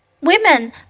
Women